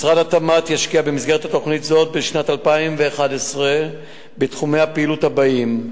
משרד התמ"ת ישקיע במסגרת התוכנית הזאת בשנת 2011 בתחומי הפעילות האלה: